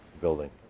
building